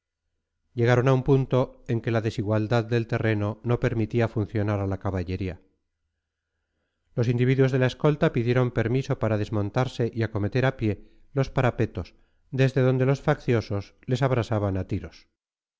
llegaron a un punto en que la desigualdad del terreno no permitía funcionar a la caballería los individuos de la escolta pidieron permiso para desmontarse y acometer a pie los parapetos desde donde los facciosos les abrasaban a tiros